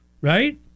right